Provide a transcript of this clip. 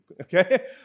Okay